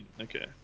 okay